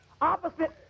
opposite